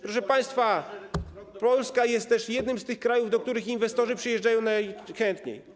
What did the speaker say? Proszę państwa, Polska jest też jednym z tych krajów, do których inwestorzy przyjeżdżają najchętniej.